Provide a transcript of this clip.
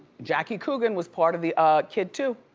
jackie coogan was part of the kid too.